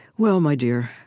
well, my dear,